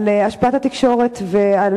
על השפעת התקשורת ועל